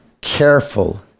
careful